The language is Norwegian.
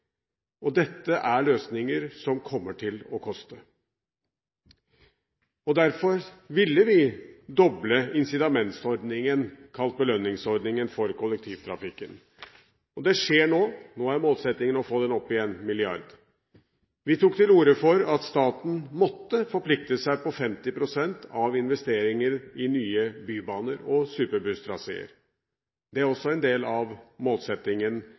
ser. Dette er løsninger som kommer til å koste. Derfor ville vi doble incitamentsordningen – kalt belønningsordningen – for kollektivtrafikken. Det skjer nå. Nå er målsettingen å få den opp i 1 mrd. kr. Vi tok til orde for at staten måtte forplikte seg på 50 pst. av investeringer i nye bybaner og superbusstraseer. Det er også en del av målsettingen